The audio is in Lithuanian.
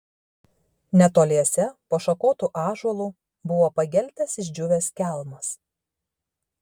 netoliese po šakotu ąžuolu buvo pageltęs išdžiūvęs kelmas